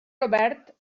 robert